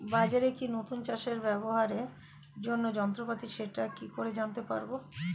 বাজারে কি নতুন চাষে ব্যবহারের জন্য যন্ত্রপাতি সেটা কি করে জানতে পারব?